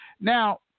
Now